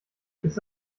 ist